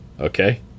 okay